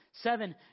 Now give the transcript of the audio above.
Seven